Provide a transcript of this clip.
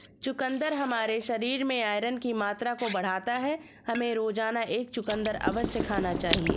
चुकंदर हमारे शरीर में आयरन की मात्रा को बढ़ाता है, हमें रोजाना एक चुकंदर अवश्य खाना चाहिए